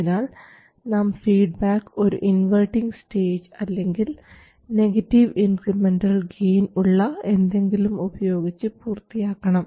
അതിനാൽ നാം ഫീഡ്ബാക്ക് ഒരു ഇൻവെർട്ടിങ് സ്റ്റേജ് അല്ലെങ്കിൽ നെഗറ്റീവ് ഇൻക്രിമെൻറൽ ഗെയിൻ ഉള്ള എന്തെങ്കിലും ഉപയോഗിച്ചു പൂർത്തിയാക്കണം